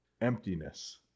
emptiness